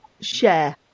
share